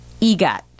EGOT